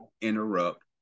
interrupt